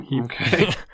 okay